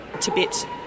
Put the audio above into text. Tibet